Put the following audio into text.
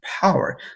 power